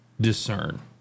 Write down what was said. discern